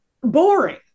boring